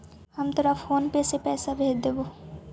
हम तोरा PhonePe से पईसा भेज देबो